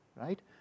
right